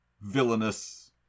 villainous